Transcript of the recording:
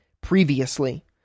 previously